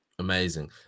Amazing